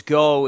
go